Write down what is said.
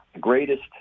greatest